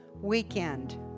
Weekend